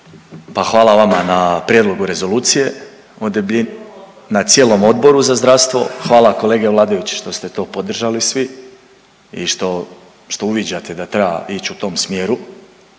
pa hvala vama na Prijedlogu Rezolucije o debljini, na cijelom Odboru za zdravstvo. Hvala kolege vladajući što ste to podržali svi i što, što uviđate da treba ići u tom smjeru